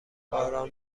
باران